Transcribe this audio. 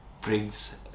brings